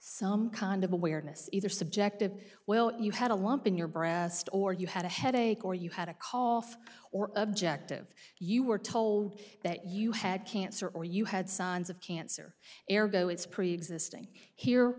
some kind of awareness either subjective well you had a lump in your breast or you had a headache or you had a cough or objective you were told that you had cancer or you had signs of cancer airco it's preexisting here